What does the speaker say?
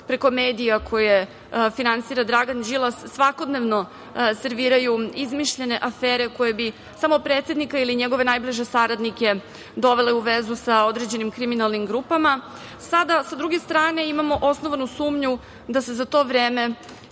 preko medija koje finansira Dragan Đilas svakodnevno serviraju izmišljene afere koje bi samo predsednika ili njegove najbliže saradnike dovele u vezu sa određenim kriminalnim grupama, sada, sa druge strane imamo osnovanu sumnju da se za to vreme